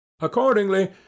Accordingly